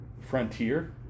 Frontier